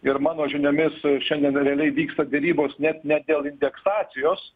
ir mano žiniomis su šiandieną realiai vyksta derybos net ne dėl indeksacijos